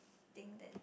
think that